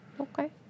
Okay